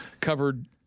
covered